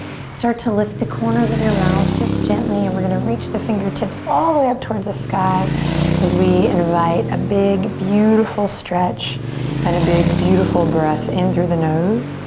start to lift the corners of your mouth, just gently and we're going to reach the fingertips all the way up towards the sky as we invite a big beautiful stretch and a big beautiful breath in through the nose.